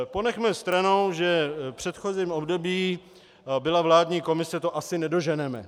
Ponechme stranou, že v předchozím období byla vládní komise to asi nedoženeme.